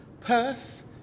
Perth